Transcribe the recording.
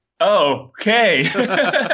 Okay